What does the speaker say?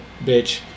bitch